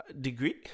degree